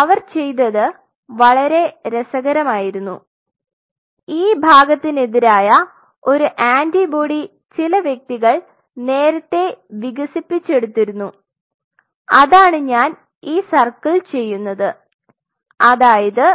അവർ ചെയ്തത് വളരെ രസകരമായിരുന്നു ഈ ഭാഗത്തിനെതിരായ ഒരു ആന്റിബോഡി ചില വ്യക്തികൾ നേരത്തെ വികസിപ്പിച്ചെടുത്തിരുന്നു അതാണ് ഞാൻ ഈ സർക്കിൾ ചെയ്യുന്നത് അതായത്